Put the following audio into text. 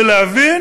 ולהבין